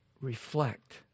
reflect